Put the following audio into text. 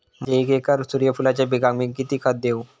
माझ्या एक एकर सूर्यफुलाच्या पिकाक मी किती खत देवू?